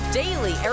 daily